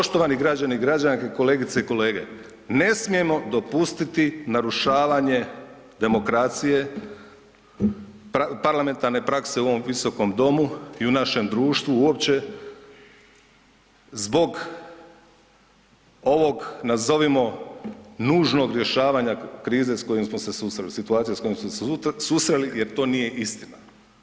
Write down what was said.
Poštovani građani i građanke, kolegice i kolege, ne smijemo dopustiti narušavanje demokracije, parlamentarne prakse u ovom visokom domu i u našem društvu uopće zbog ovog nazovimo nužnog rješavanja krize s kojom smo se susreli, situacije s kojom smo se susreli jer to nije istina.